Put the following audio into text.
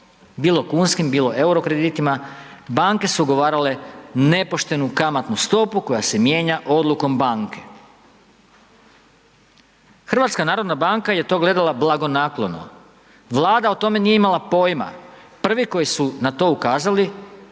bilo kunskim, bilo euro kreditima, banke su ugovarale nepoštenu kamatnu stopu koja se mijenja odlukom Banke. Hrvatska narodna banka je to gledala blagonaklono, Vlada o tome nije imala pojma, prvi koji su na to ukazali